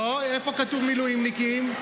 למילואימניקים.